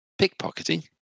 pickpocketing